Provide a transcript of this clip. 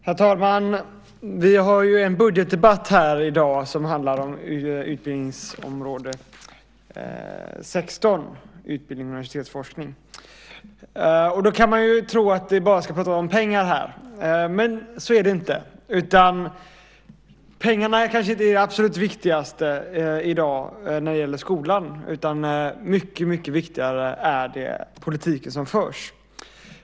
Herr talman! Vi har en budgetdebatt i dag som handlar om utgiftsområde 16 Utbildning och universitetsforskning. Då kan man tro att vi bara ska prata om pengar, men så är det inte. Pengarna är kanske inte det absolut viktigaste i dag när det gäller skolan, mycket viktigare är den politik som förs.